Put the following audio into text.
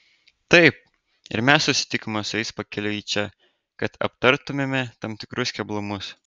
taip ir mes susitikome su jais pakeliui į čia kad aptartumėme tam tikrus keblumus